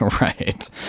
Right